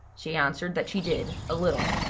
she answered that she did, a little.